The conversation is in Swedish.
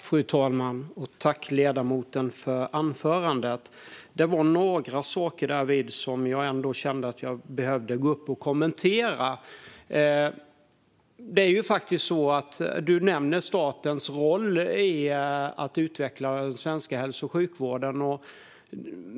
Fru talman! Jag tackar ledamoten för anförandet. Det var några saker därvid som jag kände att jag behövde kommentera. Ledamoten nämner statens roll i att utveckla den svenska hälso och sjukvården.